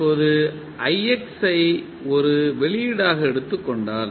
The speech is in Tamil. இப்போது ஐ ஒரு வெளியீடாக எடுத்துக் கொண்டால்